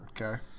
Okay